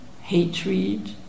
hatred